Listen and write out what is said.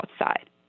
outside